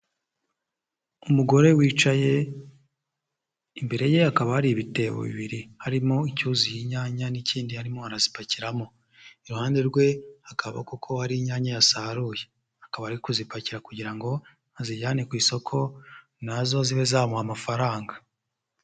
Umugore wicaye imbere ye akaba hari ibitebo bibiri harimo icyuzuye inyanya n'ikindi arimo barazipakiramo, iruhande rwe hakaba kuko hari inyanya yasaruye, akaba ari kuzipakira kugira ngo azijyane ku isoko na zo zibe zamuha amafaranga.